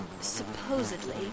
Supposedly